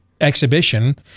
exhibition